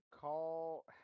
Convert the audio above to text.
call